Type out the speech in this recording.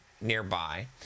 nearby